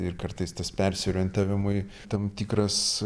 ir kartais tas persiorientavimui tam tikras